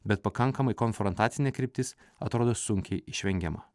bet pakankamai konfrontacinė kryptis atrodo sunkiai išvengiama